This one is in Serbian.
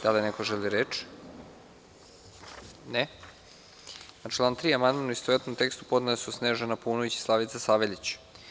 Da li neko želi reč? (Ne) Na član 3. amandman u istovetnom tekstu podnele su Snežana Paunović i Slavica Saveljić.